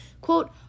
quote